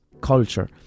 culture